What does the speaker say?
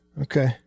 Okay